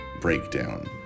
breakdown